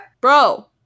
Bro